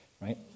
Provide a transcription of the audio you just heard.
right